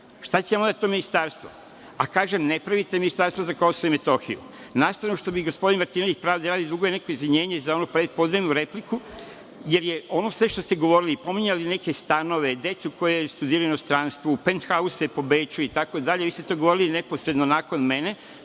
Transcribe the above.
Šta će nam onda to ministarstvo? Kažem – a ne pravite ministarstvo za Kosovo i Metohiju. Na stranu što mi gospodin Martinović, pravde radi, duguje neko izvinjenje za onu prepodnevnu repliku, jer je ono sve što ste govorili i pominjali neke stanove, decu koja studiraju u inostranstvu, penthause po Beču itd, vi ste to govorili neposredno nakon mene,